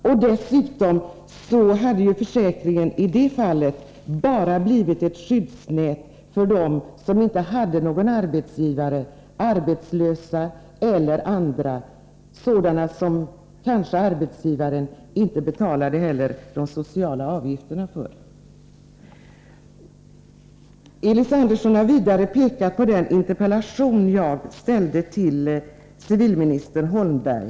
Och dessutom hade försäkringen i det fallet bara blivit ett skyddsnät för dem som inte hade någon arbetsgivare, arbetslösa eller andra, kanske sådana som arbetsgivaren inte betalade sociala avgifter för. Elis Andersson har vidare pekat på den interpellation som jag har ställt till civilminister Holmberg.